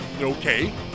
Okay